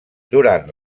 durant